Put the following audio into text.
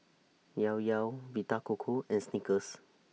Llao Llao Vita Coco and Snickers